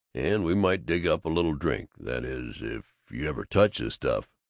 and we might dig up a little drink that is, if you ever touch the stuff.